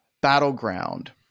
battleground